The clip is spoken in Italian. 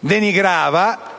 denigrava),